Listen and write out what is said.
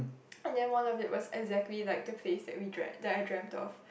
and then one of the was exactly like the place that we drea~ that I dreamt of